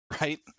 right